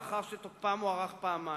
לאחר שהוארך פעמיים.